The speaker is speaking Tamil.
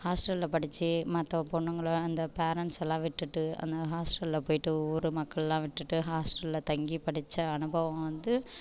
ஹாஸ்ட்டலில் படிச்சு மற்ற பொண்ணுங்களும் அந்த பேரண்ட்ஸ் எல்லாம் விட்டுவிட்டு அந்த ஹாஸ்ட்டலில் போயிவிட்டு ஊர் மக்கள்லாம் விட்டுவிட்டு ஹாஸ்ட்டலில் தங்கி படிச்ச அனுபவம் வந்து